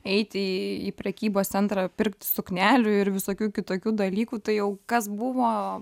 eiti į į prekybos centrą pirkt suknelių ir visokių kitokių dalykų tai jau kas buvo